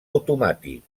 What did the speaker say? automàtic